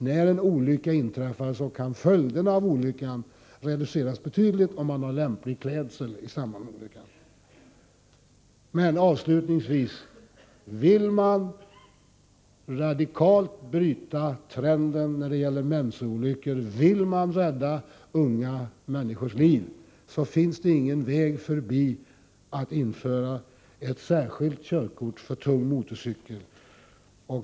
När en olycka inträffar kan givetvis följderna av den reduceras betydligt om man har lämplig klädsel. Avslutningsvis: Vill man radikalt bryta trenden när det gäller mc-olyckor, vill man rädda unga människors liv, då kan man inte gå förbi ett införande av särskilt körkort för tung mc.